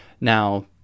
Now